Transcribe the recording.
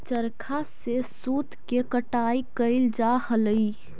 चरखा से सूत के कटाई कैइल जा हलई